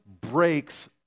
breaks